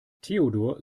theodor